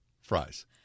fries